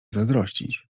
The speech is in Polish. zazdrościć